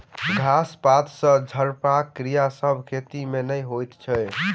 घास पात सॅ झपबाक क्रिया सभ खेती मे नै होइत अछि